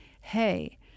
hey